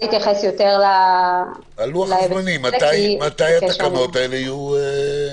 מתי התקנות האלה יהיו?